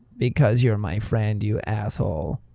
because you're my friend, you asshole!